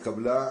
ההצעה התקבלה.